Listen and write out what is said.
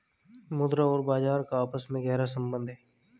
मुद्रा और बाजार का आपस में गहरा सम्बन्ध है